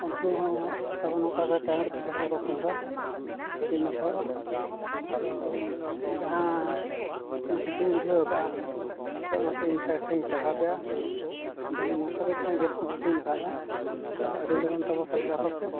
ᱩᱱᱠᱩ ᱦᱚᱸ ᱛᱟᱵᱚ ᱱᱚᱝᱠᱟ ᱜᱮ ᱴᱟᱭᱤᱢ ᱨᱮᱯᱮ ᱥᱮᱴᱮᱨᱟᱠᱚ ᱠᱷᱟᱱ ᱫᱚ ᱟᱹᱰᱤ ᱱᱟᱯᱟᱭᱚᱜᱼᱟ ᱟᱫᱚ ᱡᱟᱦᱟᱸ ᱤᱧ ᱠᱩᱥᱤᱧ ᱵᱩᱡᱷᱟᱹᱣ ᱟᱠᱟᱫᱼᱟ ᱟᱯᱮ ᱚᱱᱟᱛᱮ ᱤᱧ ᱥᱟᱭᱥᱟᱭᱤᱧ ᱥᱟᱨᱦᱟᱣ ᱯᱮᱭᱟ ᱡᱮᱢᱚᱱ ᱱᱚᱝᱠᱟ ᱜᱮ ᱡᱟᱦᱟᱸᱭ ᱜᱮᱥ ᱠᱚ ᱵᱩᱠᱤᱝ ᱞᱮᱠᱷᱟᱱ ᱫᱚ ᱟᱹᱰᱤ ᱞᱚᱜᱚᱱ ᱛᱟᱵᱚ ᱥᱮᱴᱮᱨ ᱟᱠᱚᱯᱮ